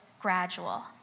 gradual